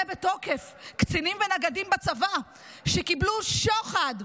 בתוקף קצינים ונגדים בצבא שקיבלו שוחד.